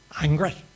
angry